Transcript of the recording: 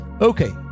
Okay